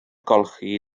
golchi